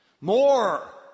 More